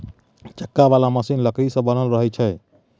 चक्का बला मशीन लकड़ी सँ बनल रहइ छै